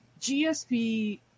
GSP